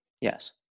Yes